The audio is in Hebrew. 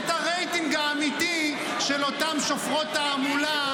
את הרייטינג האמיתי של אותם שופרות תעמולה,